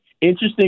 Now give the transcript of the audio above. Interesting